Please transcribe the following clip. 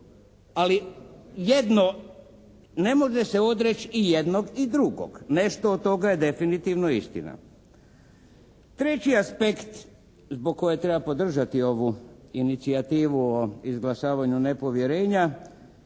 Ali jedno, ne može se odreći i jednog i drugog, nešto od toga je definitivno istina. Treći aspekt zbog kojeg treba podržati ovu inicijativu o izglasavanju nepovjerenja